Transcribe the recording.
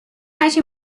هرچی